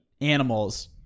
animals